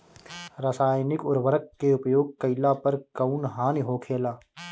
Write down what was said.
रसायनिक उर्वरक के उपयोग कइला पर कउन हानि होखेला?